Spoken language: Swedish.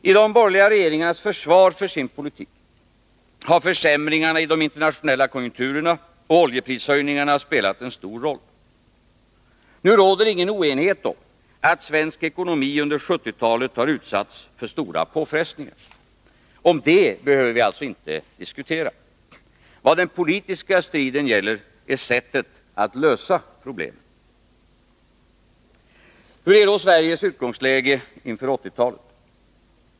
I de borgerliga regeringarnas försvar för sin politik har försämringarna i de internationella konjunkturerna och oljeprishöjningarna spelat en stor roll. Nu råder ingen oenighet om att svensk ekonomi under 1970-talet har utsatts för stora påfrestningar. Om det behöver vi alltså inte diskutera. Vad den politiska striden gäller är sättet att lösa problemen. Hur är då Sveriges utgångsläge inför 1980-talet?